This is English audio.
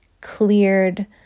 cleared